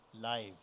live